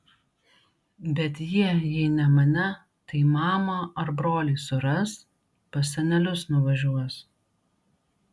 bet jie jei ne mane tai mamą ar brolį suras pas senelius nuvažiuos